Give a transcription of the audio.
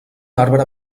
arbre